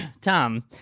Tom